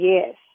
Yes